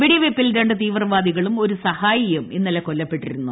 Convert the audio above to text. വെടിവെയ്പിൽ രണ്ടു തീവ്രവാദികളും ഒരു സഹായിയും ഇന്നലെ കൊല്ലപ്പെട്ടിരുന്നു